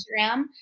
Instagram